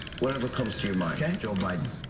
whatever comes to your mind. joe biden.